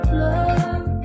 love